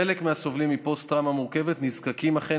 חלק מהסובלים מפוסט-טראומה מורכבת נזקקים אכן